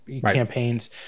campaigns